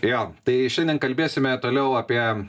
jo tai šiandien kalbėsime toliau apie